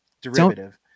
derivative